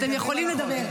אתם יכולים לדבר.